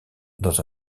dans